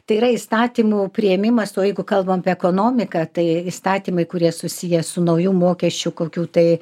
tai yra įstatymų priėmimas o jeigu kalbam ekonomiką tai įstatymai kurie susiję su naujų mokesčių kokių tai